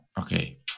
okay